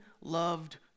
loved